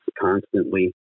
constantly